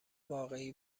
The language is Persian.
واقعی